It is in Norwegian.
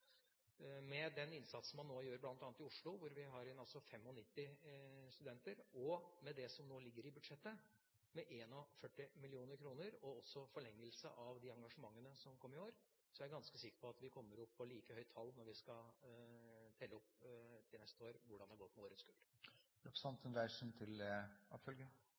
Med den innsats man nå gjør bl.a. i Oslo, hvor vi altså har inne 95 studenter, med det som ligger i budsjettet, 41 mill. kr, og forlengelse av de engasjementene som kom i år, er jeg ganske sikker på at vi kommer opp på et like høyt tall når vi til neste år skal telle opp hvordan det har gått med årets